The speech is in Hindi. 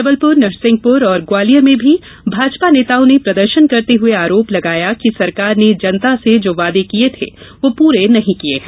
जबलपुर नरसिंहपुर ग्वालियर में भी भाजपा नेताओं ने प्रदर्शन करते हुए आरोप लगाया कि सरकार ने जनता से र्जो वादे किये थे वो पूरे नहीं किये हैं